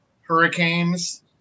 hurricanes